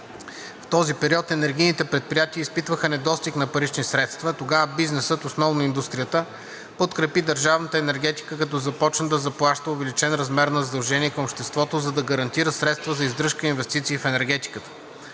В този период енергийните предприятия изпитваха недостиг на парични средства. Тогава бизнесът, основно индустрията, подкрепи държавната енергетика, като започна да заплаща увеличен размер на „задължение към обществото“, за да гарантира средства за издръжка и инвестиции в енергетиката.